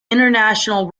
international